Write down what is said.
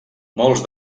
molts